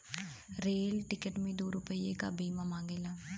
rail ticket मे दू रुपैया के बीमा मांगेला